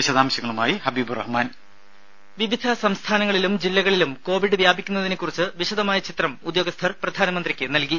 വിശദാംശങ്ങളുമായി ഹബീബ് റഹ്മാൻ ദേദ വിവിധ സംസ്ഥാനങ്ങളിലും ജില്ലകളിലും കോവിഡ് വ്യാപിക്കുന്നതിനെക്കുറിച്ച് വിശദമായ ചിത്രം ഉദ്യോഗസ്ഥർ പ്രധാനമന്ത്രിക്ക് നൽകി